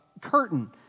curtain